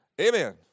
Amen